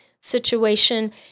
situation